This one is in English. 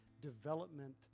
development